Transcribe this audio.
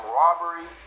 robbery